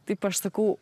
taip aš sakau